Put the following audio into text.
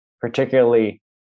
particularly